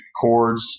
chords